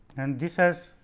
and this as